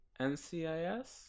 NCIS